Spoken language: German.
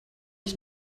ich